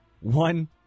One